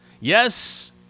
Yes